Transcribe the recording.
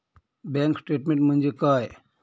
Bank statement म्हणजे काय?